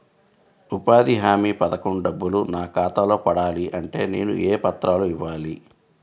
ఉపాధి హామీ పథకం డబ్బులు నా ఖాతాలో పడాలి అంటే నేను ఏ పత్రాలు ఇవ్వాలి?